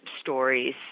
stories